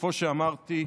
כמו שאמרתי,